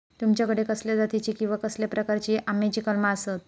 तुमच्याकडे कसल्या जातीची किवा कसल्या प्रकाराची आम्याची कलमा आसत?